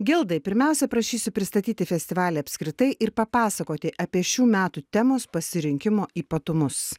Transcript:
gildai pirmiausia prašysiu pristatyti festivalį apskritai ir papasakoti apie šių metų temos pasirinkimo ypatumus